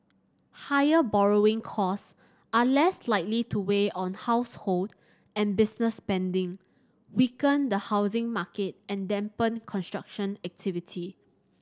higher borrowing costs are less likely to weigh on household and business spending weaken the housing market and dampen construction activity